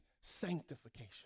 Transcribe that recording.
sanctification